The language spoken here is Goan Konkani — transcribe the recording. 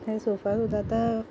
हे सोफा सुद्दां आतां